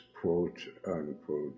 quote-unquote